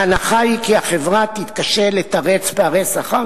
ההנחה היא כי החברה תתקשה לתרץ פערי שכר